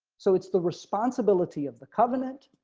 so it's the responsibility of the covenant,